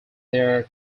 their